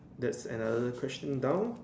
that's another question down